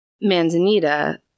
Manzanita